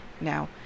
now